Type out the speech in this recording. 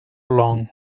long